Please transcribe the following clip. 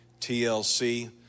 TLC